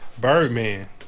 Birdman